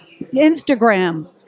Instagram